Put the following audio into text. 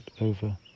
over